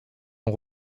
ont